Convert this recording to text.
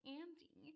Andy